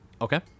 Okay